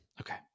Okay